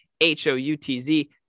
H-O-U-T-Z